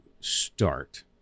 start